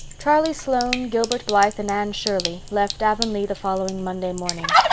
charlie sloane, gilbert blythe and anne shirley left avonlea the following monday morning.